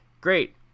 Great